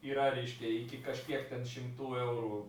yra reiškia kažkiek šimtų eurų